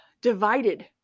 divided